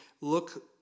look